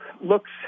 looks